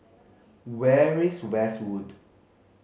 very is Westwood